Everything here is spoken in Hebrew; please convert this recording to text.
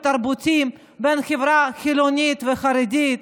התרבותיים בין החברה החילונית לחרדית.